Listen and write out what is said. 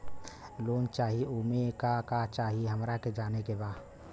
Loan चाही उमे का का चाही हमरा के जाने के बा?